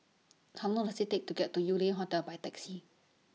How Long Does IT Take to get to Yew Lian Hotel By Taxi